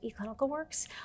eClinicalWorks